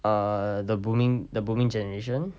err the booming the booming generation